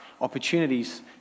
opportunities